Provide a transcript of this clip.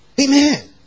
Amen